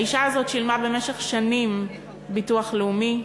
האישה הזאת שילמה במשך שנים ביטוח לאומי,